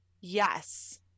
Yes